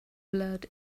blurred